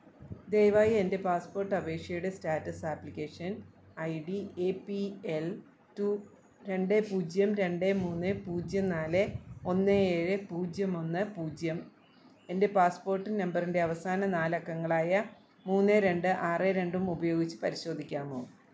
ദയവായി എൻ്റെ പാസ്പോർട്ട് അപേക്ഷയുടെ status application I D A P L two രണ്ട് പൂജ്യം രണ്ട് മൂന്ന് പൂജ്യം നാല് ഒന്ന് ഏഴ് പൂജ്യം ഒന്ന് പൂജ്യം എൻ്റെ പാസ്പോർട്ട് നമ്പറിൻ്റെ അവസാന നാലക്കങ്ങളായ മൂന്ന് രണ്ട് ആറ് രണ്ടും ഉപയോഗിച്ചു പരിശോധിക്കാമോ